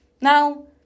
Now